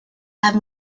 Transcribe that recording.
have